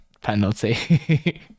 penalty